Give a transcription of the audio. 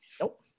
Nope